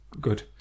good